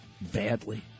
badly